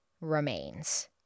remains